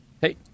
Hey